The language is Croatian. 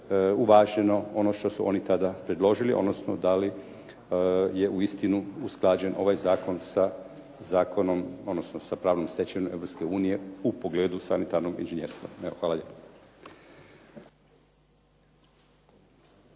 uvaženo ono što su oni tada predložili odnosno da li je uistinu usklađen ovaj zakon sa zakonom odnosno sa pravnom stečevinom Europske unije u pogledu sanitarnog inžinjerstva. Hvala lijepa.